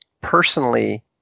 personally